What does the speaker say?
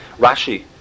Rashi